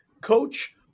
coach